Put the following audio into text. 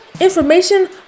information